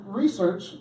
research